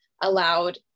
allowed